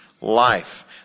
life